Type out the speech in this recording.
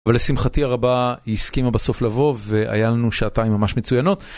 אבל לשמחתי הרבה היא הסכימה בסוף לבוא, והיה לנו שעתיים ממש מצוינות.